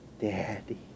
Daddy